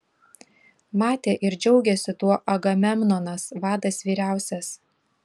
matė ir džiaugėsi tuo agamemnonas vadas vyriausias